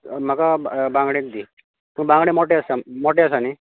म्हाका बांगडे दी पूण बांगडे मोटे आसा मोटे आसा न्ही